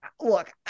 look